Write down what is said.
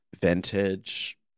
Vintage